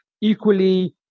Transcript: Equally